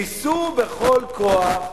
ניסו בכל כוח,